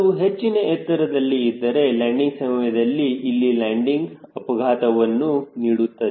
ಅದು ಹೆಚ್ಚಿನ ಎತ್ತರದಲ್ಲಿ ಇದ್ದರೆ ಲ್ಯಾಂಡಿಂಗ್ ಸಮಯದಲ್ಲಿ ಇಲ್ಲಿ ಲ್ಯಾಂಡಿಂಗ್ ಆಘಾತವನ್ನು ನೀಡುತ್ತದೆ